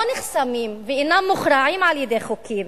נחסמים ואינם מוכרעים על-ידי חוקים,